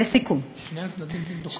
שני הצדדים דוקרים?